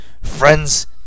Friends